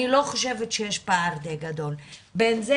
אני לא חושבת שיש פער די גדול בין זה